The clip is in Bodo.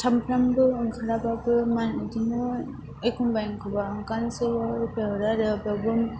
सामफ्रामबो ओंखाराबाबो मा बिदिनो एखमबा एखमबा ओंखारसैबा एफ्लाइ हरो आरो बेवबो